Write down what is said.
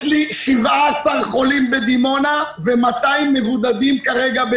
יש לי 17 חולים בדימונה ו-200 מבודדים כרגע.